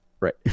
Right